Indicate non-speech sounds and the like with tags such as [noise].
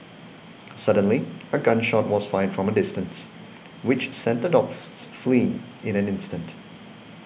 suddenly a gun shot was fired from a distance which sent the dogs [noise] fleeing in an instant